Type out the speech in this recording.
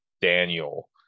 daniel